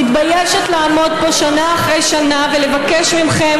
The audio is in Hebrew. מתביישת לעמוד פה שנה אחרי שנה ולבקש מכם